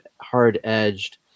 hard-edged